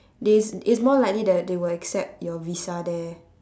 they it's more likely that they will accept your visa there